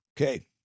Okay